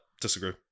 disagree